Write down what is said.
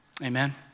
Amen